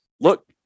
look